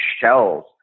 shells